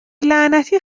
لعنتی